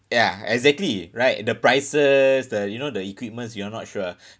ya exactly right the prices the you know the equipments you are not sure